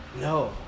No